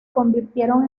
convirtieron